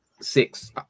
six